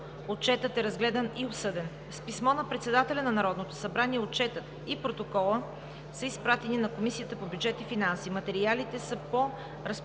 Отчетът е разгледан и обсъден. С писмо на председателя на Народното събрание Отчетът и Протоколът са изпратени на Комисията по бюджет и финанси. Материалите са на разположение